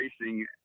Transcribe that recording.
racing